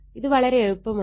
ഇത് വളരെ എളുപ്പമാണ്